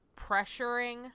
pressuring